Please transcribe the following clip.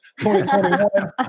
2021